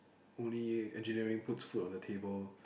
only engineering puts food on the table